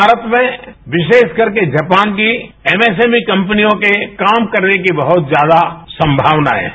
भारत में विशेषकर के जापान की एमएसएमई कंपनियों के काम करने की बहत ज्यादा संभावना है